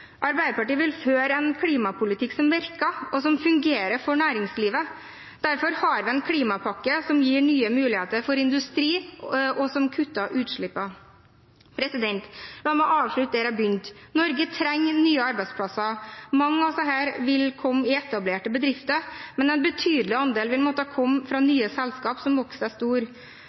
Arbeiderpartiet vil føre en klimapolitikk som virker, og som fungerer for næringslivet. Derfor har vi en klimapakke som gir nye muligheter for industri, og som kutter utslippene. La meg avslutte der jeg begynte: Norge trenger nye arbeidsplasser. Mange av disse vil komme i etablerte bedrifter, men en betydelig andel vil måtte komme fra nye selskap som